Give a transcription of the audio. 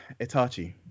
Itachi